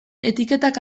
etiketak